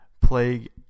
plague